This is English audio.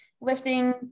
lifting